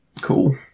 Cool